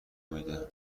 میده